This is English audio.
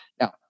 Now